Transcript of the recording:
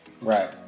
Right